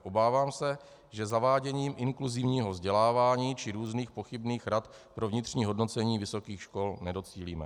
Obávám se, že zaváděním inkluzivního vzdělávání či různých pochybných rad pro vnitřní hodnocení vysokých škol nedocílíme.